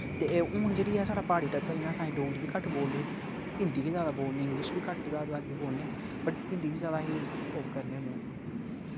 ते हून जेह्ड़ी ऐ साढ़ा प्हाड़ी टच आई जाना साढ़ी डोगरी बी घट्ट बोलदे हिन्दी गै ज्यादा बोलनी इंग्लिश बी घट्ट बोलदे गै बोलनी बट हिन्दी गै ज्याद अस उसी ओह् करने होन्ने